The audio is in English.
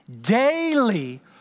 daily